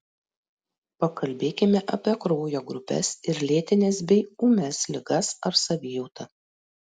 pakalbėkime apie kraujo grupes ir lėtines bei ūmias ligas ar savijautą